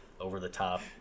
over-the-top